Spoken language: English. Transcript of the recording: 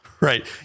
right